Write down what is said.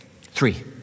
Three